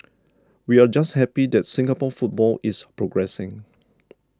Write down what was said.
we're just happy that Singapore football is progressing